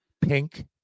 pink